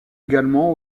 également